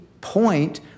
point